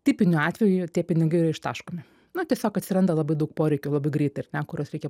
tipiniu atveju tie pinigai yra ištaškomi na tiesiog atsiranda labai daug poreikių labai greitai ar ne kuriuos reikia